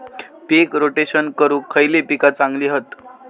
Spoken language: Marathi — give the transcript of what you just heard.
पीक रोटेशन करूक खयली पीका चांगली हत?